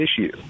issue